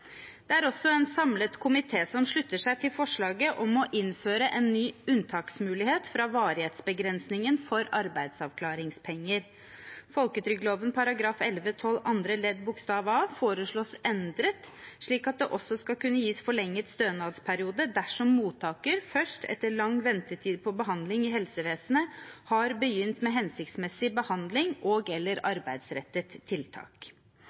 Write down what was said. Det er også en samlet komité som slutter seg til forslaget om å innføre en ny unntaksmulighet fra varighetsbegrensningen for arbeidsavklaringspenger. Folketrygdloven § 11-12 andre ledd bokstav a foreslås endret slik at det også skal kunne gis forlenget stønadsperiode dersom mottaker først etter lang ventetid på behandling i helsevesenet har begynt med hensiktsmessig behandling og/eller arbeidsrettet tiltak. Samtidig varsler Arbeiderpartiet, Senterpartiet og